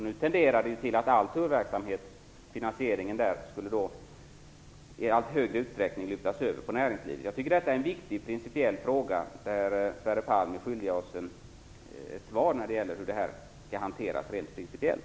Nu tenderar finansieringen av tullverksamheten att i allt större utsträckning lyftas över på näringslivet. Jag tycker att detta är en viktig principiell fråga, där Sverre Palm är skyldig oss ett svar om hur det här skall hanteras rent principiellt.